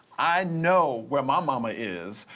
i know where my momma is.